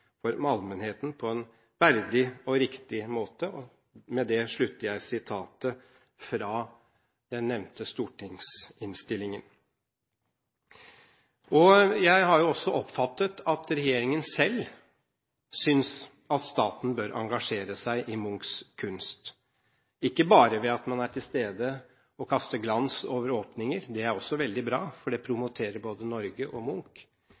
for allmennheten på en verdig og riktig måte.» Med dette avslutter jeg sitatet fra den nevnte stortingsinnstillingen. Jeg har oppfattet det slik at regjeringen selv synes at staten bør engasjere seg i Munchs kunst, ikke bare ved at man er til stede og kaster glans over åpninger. Det er også veldig bra, for det promoterer både Norge og